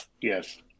Yes